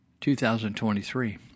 2023